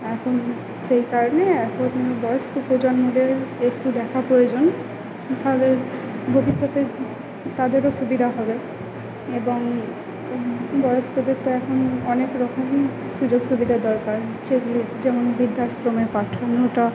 এখন সেই কারণেই এখন বয়স্ক প্রজন্মদের একটু দেখা প্রয়োজন তাহলে ভবিষ্যতে তাদেরও সুবিধা হবে এবং বয়স্কদের তো এখন অনেক রকমের সুযোগ সুবিধা দরকার যেমন বৃদ্ধাশ্রমে পাঠানোটা